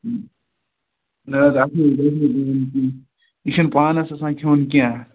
نہ حظ اَتھ منٛز یہِ چھُنہٕ پانَس آسان کھیٚون کینٛہہ